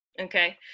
okay